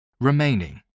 remaining